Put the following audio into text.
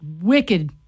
wicked